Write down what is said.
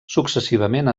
successivament